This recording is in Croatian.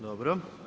Dobro.